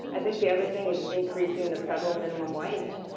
i think the other thing is increasing the federal minimum wage.